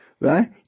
Right